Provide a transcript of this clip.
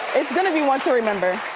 it's gonna be one to remember.